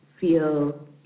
feel